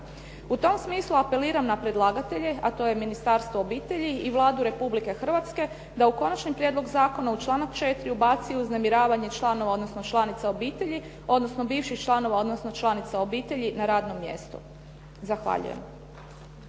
U tom smislu apeliram na predlagatelje, a to je Ministarstvo obitelji i Vladu Republike Hrvatske da u konačni prijedlog zakona u članak 4. ubaci uznemiravanje članova, odnosno članica obitelji, odnosno bivših članova, odnosno članica obitelji na radnom mjestu. Zahvaljujem.